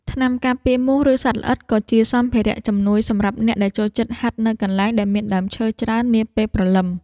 ថ្នាំការពារមូស ឬសត្វល្អិត ក៏ជាសម្ភារៈជំនួយសម្រាប់អ្នកដែលចូលចិត្តហាត់នៅកន្លែងដែលមានដើមឈើច្រើននាពេលព្រលឹម។